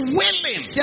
willing